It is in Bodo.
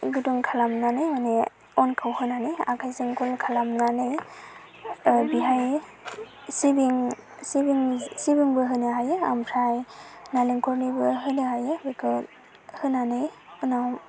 गुदुं खालामनानै मानि अनखौ होनानै आखायजों गल खालामनानै बेहाय सिबिं सिबिं सिबिंबो होनो हायो आमफ्राय नालेंखरनिबो होनो हायो बेखौ होनानै उनाव